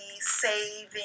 saving